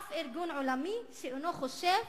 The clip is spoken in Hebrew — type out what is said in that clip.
אף ארגון עולמי, שאינו חושב